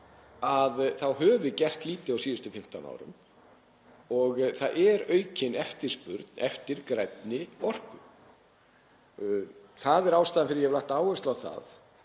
að við höfum gert lítið á síðustu 15 árum og það er aukin eftirspurn eftir grænni orku. Það er ástæðan fyrir því að ég hef lagt áherslu á það,